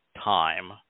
time